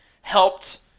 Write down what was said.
helped